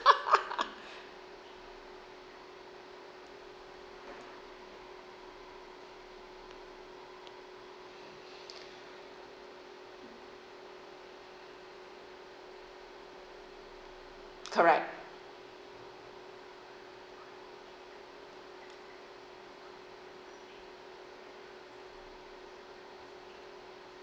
correct